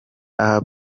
aha